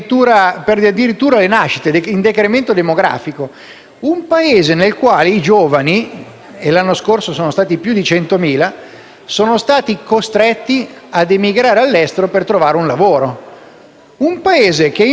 un Paese nel quale i giovani - l'anno scorso più di 100.000 - sono stati costretti a emigrare all'estero per trovare un lavoro; un Paese che invece fa venire